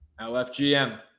LFGM